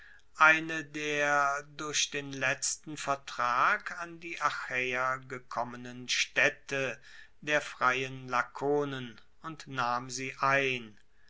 eine der durch den letzten vertrag an die achaeer gekommenen staedte der freien lakonen und nahm sie ein